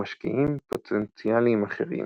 ומשקיעים פוטנציאלים אחרים,